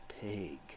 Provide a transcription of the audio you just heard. pig